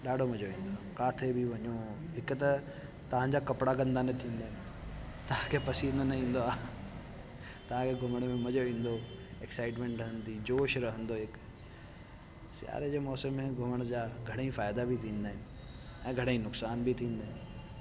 ॾाढो मज़ो ईंदो आहे किथे बि वञों हिक त तव्हां जा कपिड़ा गंदा न थींदा आहिनि तव्हां खे पसीनो न ईंदो आहे तव्हां खे घुमण में मज़ो ईंदो एक्साइटमेंट रहंदी जोश रहंदो सियारे जे मौसम में घुमण जा घणेई फ़ाइदा बि थींदा आहिनि ऐं घणेई नुकसान बि थींदा आहिनि